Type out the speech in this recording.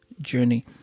Journey